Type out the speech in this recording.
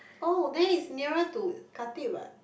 oh then it's nearer to Khatib what